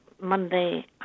Monday